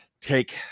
take